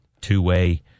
Two-way